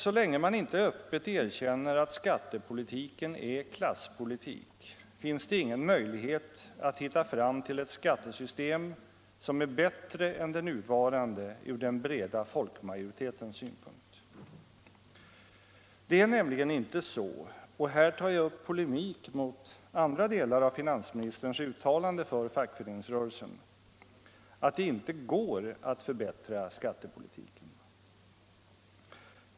Så länge man inte öppet erkänner att skattepolitiken är klasspolitik finns det ingen möjlighet att hitta fram till ett skattesystem som är bättre än det nuvarande från den breda folkmajoritetens synpunkt. Det är nämligen inte så, och här tar jag upp polemik mot andra delar av finansministerns uttalande för Fackföreningsrörelsen, att det inte går att förbättra skattepolitiken.